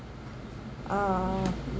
uh